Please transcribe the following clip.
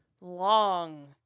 long